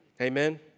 Amen